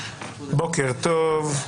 בוקר טוב.